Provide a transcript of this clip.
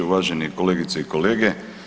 Uvažene kolegice i kolege.